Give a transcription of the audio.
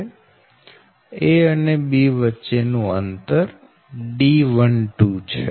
a અને b વચ્ચે નું અંતર D12 છે